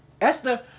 Esther